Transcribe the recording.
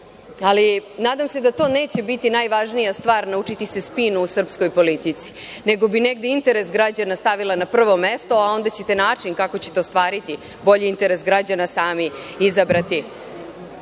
ali nadam se da to neće biti najvažnija stvar, naučiti se „spinu“ u srpskoj politici, nego bi negde interes građana stavila na prvo mesto, a onda ćete način kako ćete ostvariti bolji interes građana sami izabrati. Govorili